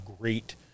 great